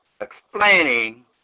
explaining